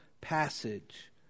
passage